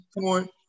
Point